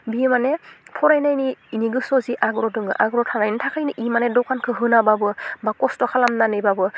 बियो माने फरायनायनि इनि गोसोआव जि आग्र दङ आग्र थानायनि थाखायनो इ माने दखानखौ होनाबाबो बा खस्थ खालामनानबाबो